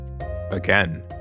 again